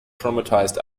traumatized